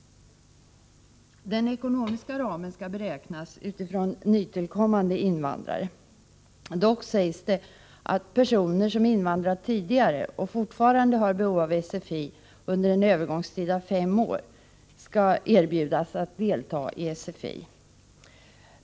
Den ekonomiska ramen skall beräknas utifrån antalet nytillkommande invandrare. Dock sägs det att personer som invandrat tidigare och fortfarande har behov av SFI under en övergångstid av fem år skall erbjudas att delta i SFI.